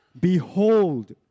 Behold